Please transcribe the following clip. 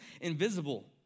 invisible